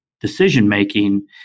decision-making